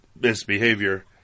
misbehavior